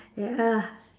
ya !ugh!